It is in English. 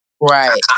Right